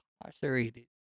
incarcerated